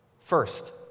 First